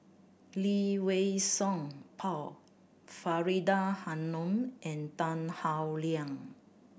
Lee Wei Song Paul Faridah Hanum and Tan Howe Liang